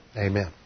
Amen